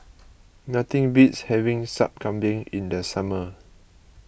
nothing beats having Sup Kambing in the summer